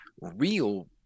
real